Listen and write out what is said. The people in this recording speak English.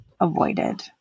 avoided